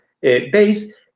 base